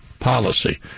Policy